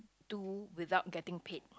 to without getting paid